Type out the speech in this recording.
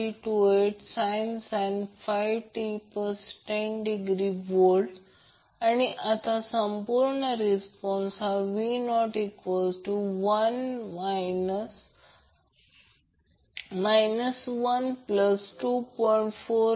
328sin 5t10°V आता संपूर्ण response v0 12